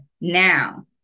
Now